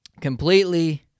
completely